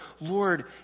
Lord